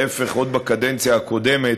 ההפך, עוד בקדנציה הקודמת